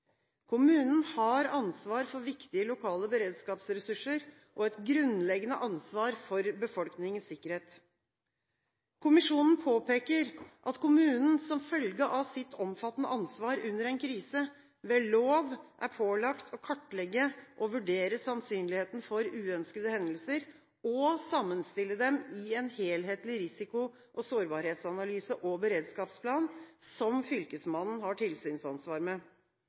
Kommunen har ansvar for viktige lokale beredskapsressurser, og har et grunnleggende ansvar for å ivareta befolkningens sikkerhet og trygghet.» Kommisjonen påpeker at kommunen som følge av sitt omfattende ansvar under en krise ved lov er pålagt å kartlegge og vurdere sannsynligheten for uønskede hendelser og sammenstille dem i en helhetlig risiko- og sårbarhetsanalyse og beredskapsplan, som Fylkesmannen har tilsynsansvar med.